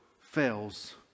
fails